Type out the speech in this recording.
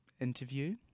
Interview